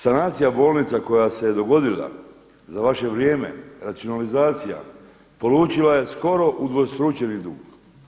Sanacija bolnica koja se je dogodila za vaše vrijeme racionalizacija polučila je skoro udvostručeni dug.